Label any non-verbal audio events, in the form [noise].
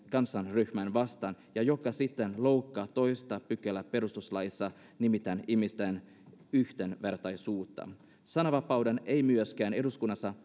[unintelligible] kansanryhmää vastaan ja joka siten loukkaa toista pykälää perustuslaissa nimittäin ihmisten yhdenvertaisuutta sananvapauden ei siis myöskään eduskunnassa [unintelligible]